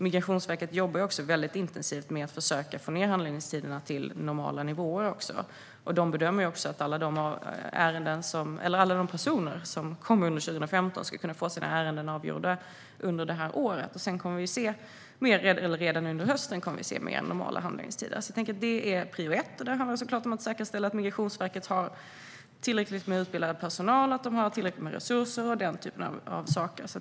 Migrationsverket jobbar intensivt med att försöka få ned handläggningstiderna till normala nivåer. Man bedömer att alla de personer som kom under 2015 ska få sina ärenden avgjorda under året. Redan under hösten kommer vi att se mer normala handläggningstider. Detta är prio ett, och då handlar det om att säkerställa att Migrationsverket har tillräckligt med utbildad personal och resurser.